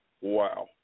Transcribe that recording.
Wow